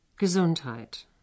Gesundheit